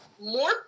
more